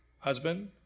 Husband